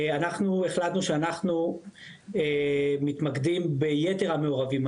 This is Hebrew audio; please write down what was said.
אנחנו החלטנו שאנחנו מתמקדים ביתר המעורבים.